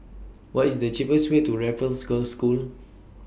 What IS The cheapest Way to Raffles Girls' School